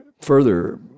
further